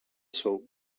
show